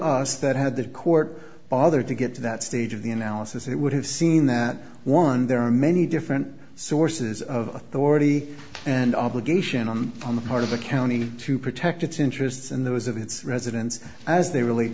us that had the court bothered to get to that stage of the analysis it would have seen that one there are many different sources of authority and obligation on on the part of the county to protect its interests and those of its residents as they relate